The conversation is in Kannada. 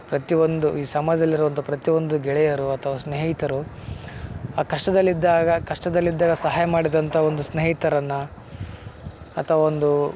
ಪ್ರತಿಯೊಂದು ಈ ಸಮಾಜದಲ್ಲಿರುವಂಥ ಪ್ರತಿಯೊಂದು ಗೆಳೆಯರು ಅಥವಾ ಸ್ನೇಹಿತರು ಆ ಕಷ್ಟದಲ್ಲಿದ್ದಾಗ ಕಷ್ಟದಲ್ಲಿದ್ದಾಗ ಸಹಾಯ ಮಾಡಿದಂಥ ಒಂದು ಸ್ನೇಹಿತರನ್ನು ಅಥವಾ ಒಂದು